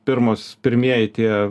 pirmos pirmieji tie